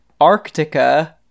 Arctica